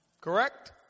correct